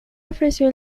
ofreció